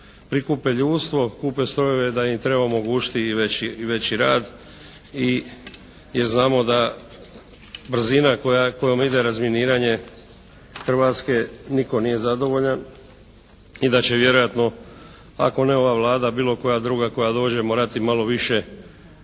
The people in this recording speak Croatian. prikupe ljudstvo, kupe strojeve da im treba omogućiti i veći rad i znamo da brzina kojom ide razminiranje Hrvatske nitko nije zadovoljan i da će vjerojatno ako ne ova Vlada bilo koja druga koja dođe morati malo više